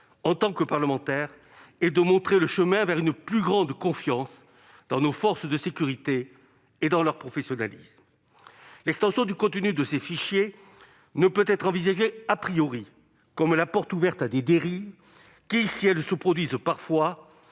en tant que parlementaires, est de montrer le chemin vers une plus grande confiance dans nos forces de sécurité et dans leur professionnalisme. L'extension du contenu de ces fichiers ne peut être envisagée comme la porte ouverte à des dérives, qui, si elles se produisent parfois,